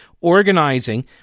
organizing